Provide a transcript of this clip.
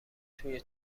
توی